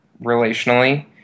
relationally